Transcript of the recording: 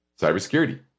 cybersecurity